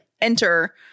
enter